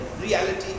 reality